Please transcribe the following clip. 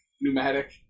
Pneumatic